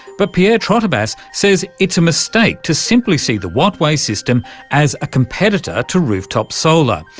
but pierre trotobas says it's a mistake to simply see the wattway system as a competitor to rooftop solar.